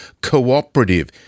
cooperative